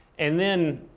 and then,